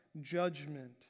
judgment